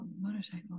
motorcycle